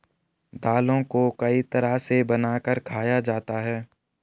दालों को कई तरह से बनाकर खाया जाता है